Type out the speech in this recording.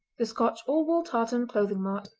the scotch all-wool tartan clothing mart.